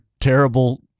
Terrible